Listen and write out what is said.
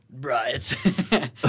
Right